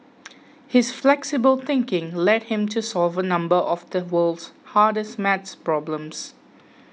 his flexible thinking led him to solve a number of the world's hardest math problems